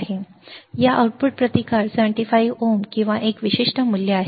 या आउटपुट प्रतिकार 75 ohms किंवा कमी एक विशिष्ट मूल्य आहे